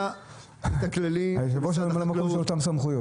מי שקובע את הכללים זה משרד החקלאות,